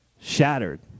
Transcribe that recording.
Shattered